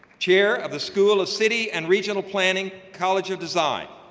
chair of the school of city and regional planning, college of design.